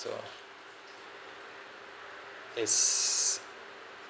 so is